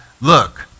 look